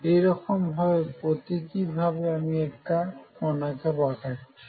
একই রকম ভাবে প্রতিকীভাবে আমি একটি কণাকে পাঠাচ্ছি